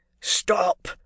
Stop